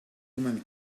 woman